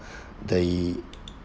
the